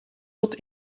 tot